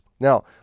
Now